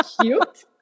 cute